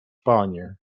panie